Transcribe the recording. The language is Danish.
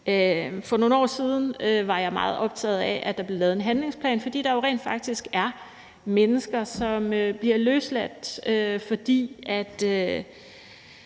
For nogle år siden var jeg meget optaget af, at der blev lavet en handlingsplan. Der var jo rent faktisk mennesker, som blev løsladt, fordi